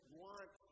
want